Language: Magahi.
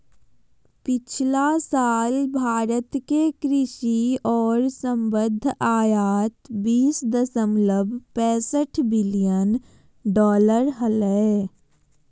पिछला साल भारत के कृषि और संबद्ध आयात बीस दशमलव पैसठ बिलियन डॉलर हलय